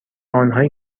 آنهایی